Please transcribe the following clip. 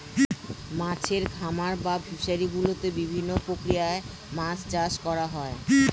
মাছের খামার বা ফিশারি গুলোতে বিভিন্ন প্রক্রিয়ায় মাছ চাষ করা হয়